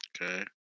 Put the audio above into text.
Okay